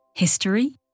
history